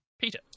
peter